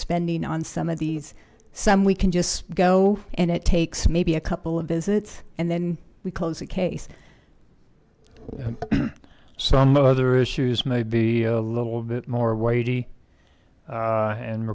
spending on some of these some we can just go and it takes maybe a couple of visits and then we close the case some other issues maybe a little bit more weighty